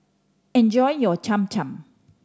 enjoy your Cham Cham